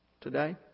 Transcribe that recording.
today